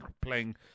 playing